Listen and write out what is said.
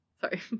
Sorry